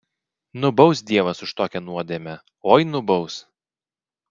nubaus dievas už tokią nuodėmę oi nubaus